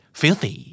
filthy